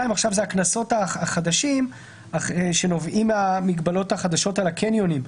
פסקה (2) היא לגבי הקנסות החדשים שנובעים מהמגבלות החדשות על הקניונים.